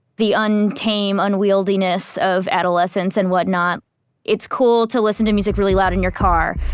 the untamed, unwieldiness of adolescence and what not it's cool to listen to music really loud in your car.